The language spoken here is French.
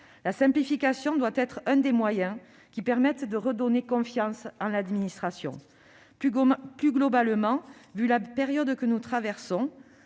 La simplification doit être l'un des moyens permettant de redonner confiance en l'administration. Plus globalement, au regard de la période que nous traversons,